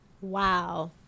Wow